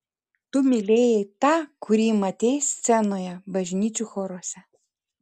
tu mylėjai tą kurį matei scenoje bažnyčių choruose